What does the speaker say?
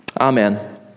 Amen